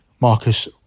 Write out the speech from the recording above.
Marcus